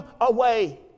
away